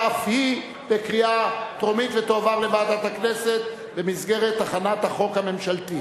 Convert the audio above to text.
אף היא בקריאה טרומית ותועבר לוועדת הכנסת במסגרת הכנת החוק הממשלתי.